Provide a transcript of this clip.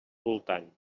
voltant